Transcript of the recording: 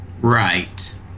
Right